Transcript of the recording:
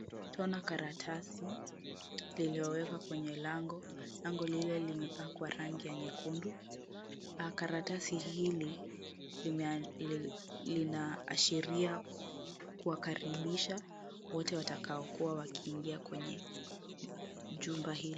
Twaona karatasi lililowekwa kwenye lango. Lango lile limepakwa rangi ya nyekundu. Karatasi hili linaashiria kuwakaribisha wote watakaokuwa wakiingia kwenye jumba hili.